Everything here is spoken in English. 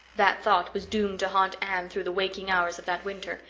that thought was doomed to haunt anne through the waking hours of that winter,